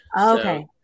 Okay